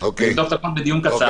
לבדוק את הכל בדיון קצר.